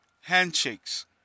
handshakes